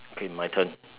okay my turn